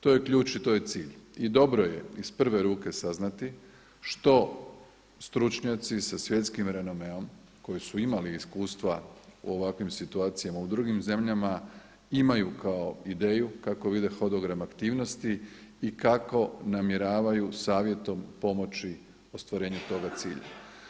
To je ključ i to je cilj i dobro je iz prve ruke saznati što stručnjaci sa svjetskim renomeom koji su imali iskustva u ovakvim situacijama u drugim zemljama imaju kao ideju kako vide hodogram aktivnosti i kako namjeravaju savjetom pomoći ostvarenju toga cilja.